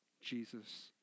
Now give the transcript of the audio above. Jesus